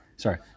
Sorry